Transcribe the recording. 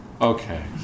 Okay